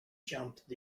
jumped